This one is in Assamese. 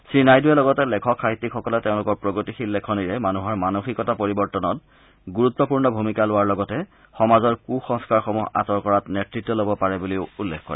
শ্ৰীনাইড়ৱে লগতে লেখক সাহিত্যিকসকলে তেওঁলোকৰ প্ৰগতিশীল লেখনিৰে মানুহৰ মানসিকতা পৰিৱৰ্তনত গুৰুত্পূৰ্ণ ভূমিকা লোৱাৰ লগতে সমাজৰ কু সংস্কাৰসমূহ আঁতৰ কৰাত নেতৃত্ব ল'ব পাৰে বুলিও উল্লেখ কৰে